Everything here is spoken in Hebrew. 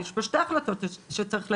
יש פה שתי החלטות שצריך לקבל.